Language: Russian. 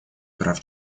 прав